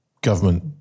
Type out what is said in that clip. government